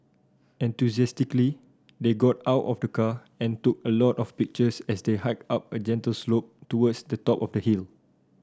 enthusiastically they got out of the car and took a lot of pictures as they hiked up a gentle slope towards the top of the hill